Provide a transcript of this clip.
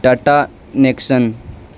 Tata Nexon